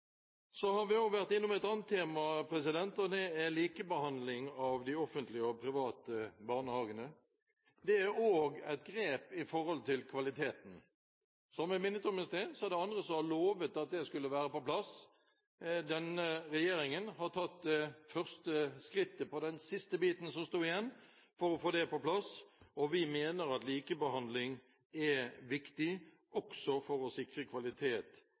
har også vært innom et annet tema, og det er likebehandling av de offentlige og private barnehagene. Det er også et grep når det gjelder kvaliteten. Som jeg minnet om i sted, er det andre som har lovet at det skulle være på plass. Denne regjeringen har tatt det første skrittet på den siste biten som sto igjen for å få det på plass, og vi mener at likebehandling er viktig også for å sikre kvalitet